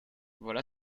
voilà